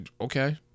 Okay